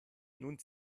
nun